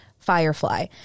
Firefly